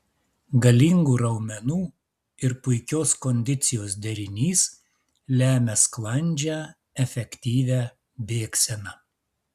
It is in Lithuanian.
galingų raumenų ir puikios kondicijos derinys lemia sklandžią efektyvią bėgseną